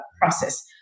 process